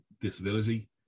disability